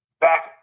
back